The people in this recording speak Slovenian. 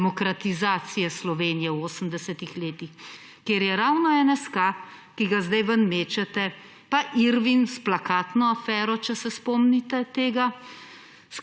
demokratizacije Slovenije v 80. letih, ker je ravno NSK, ki ga sedaj ven mečete, pa Irwin s plakatno afero, če se spomnite tega,